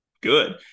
good